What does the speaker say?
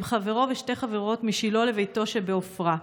חברו ושתי חברות משילה לביתו שבעפרה.